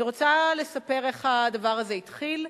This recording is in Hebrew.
אני רוצה לספר איך הדבר הזה התחיל.